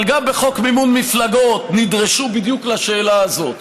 אבל גם בחוק מימון מפלגות נדרשו בדיוק לשאלה הזאת.